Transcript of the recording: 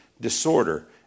disorder